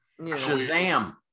Shazam